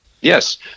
Yes